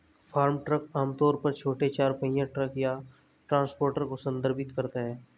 farm truck आम तौर पर छोटे चार पहिया ट्रक या ट्रांसपोर्टर को संदर्भित करता है